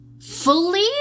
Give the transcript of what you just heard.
fully